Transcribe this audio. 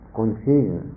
confusion